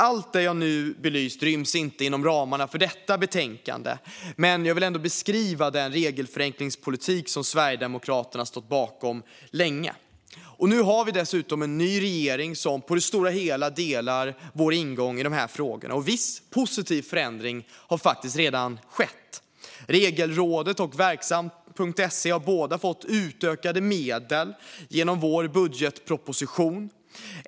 Allt det jag nu har belyst ryms inte inom ramarna för detta betänkande, men jag vill ändå beskriva den regelförenklingspolitik som Sverigedemokraterna länge har stått bakom. Nu har vi dessutom en ny regering, som i det stora hela delar vår ingång i frågorna. Viss positiv förändring har faktiskt redan skett. Regelrådet och Verksamt.se har båda fått utökade medel genom vår budgetproposition.